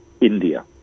India